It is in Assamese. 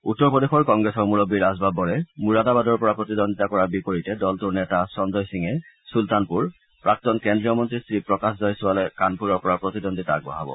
উত্তৰ প্ৰদেশৰ কংগ্ৰেছৰ মূৰববী ৰাজ বববৰে মুৰাদাবাদৰ পৰা প্ৰতিদ্বন্দ্বিতা কৰাৰ বিপৰীতে দলটোৰ নেতা সঞ্জয় সিঙে চুলতানপুৰ প্ৰাক্তন কেন্দ্ৰীয় মন্নী শ্ৰীপ্ৰকাশ জয়ছৱালে কাণপুৰৰ পৰা প্ৰতিদ্বন্থিতা আগবঢ়াব